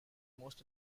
most